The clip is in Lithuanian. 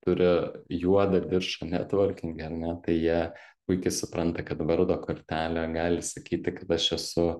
turi juodą diržą netvorkinge ar ne tai jie puikiai supranta kad vardo kortelė gali sakyti kad aš esu